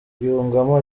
yungamo